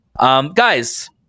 Guys